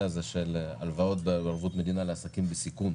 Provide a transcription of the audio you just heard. של הלוואות בערבות מדינה לעסקים בסיכון.